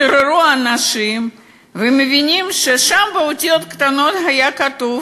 התעוררו האנשים ומבינים ששם באותיות הקטנות היה כתוב